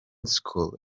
school